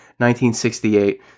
1968